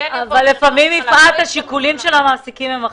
--- לפעמים השיקולים של המעסיקים הם אחרים.